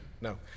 no